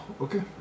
okay